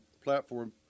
Platform